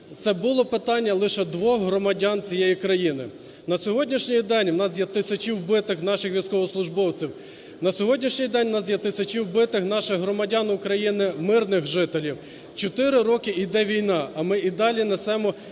це було питання лише двох громадян цієї країни. На сьогоднішній день в нас є тисячі вбитих наших військовослужбовців. На сьогоднішній день в нас тисячі вбитих наших громадян України – мирних жителів. Чотири роки йде війна, а ми і далі несемо